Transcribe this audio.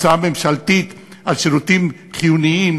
של הוצאה ממשלתית על שירותים חיוניים.